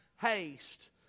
haste